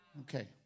Okay